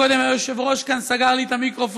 שקודם היושב-ראש סגר לי כאן את המיקרופון,